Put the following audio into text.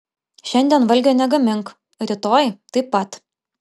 šiandien valgio negamink rytoj taip pat